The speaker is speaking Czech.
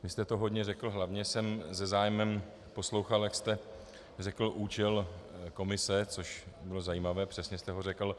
Vy jste hodně řekl hlavně jsem se zájmem poslouchal, jak jste řekl účel komise, což bylo zajímavé, přesně jste ho řekl.